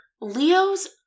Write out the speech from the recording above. Leo's